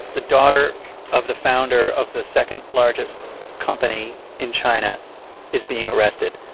the daughter of the founder of the second-largest company in china is being arrested.